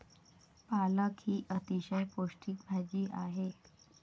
पालक ही अतिशय पौष्टिक भाजी आहे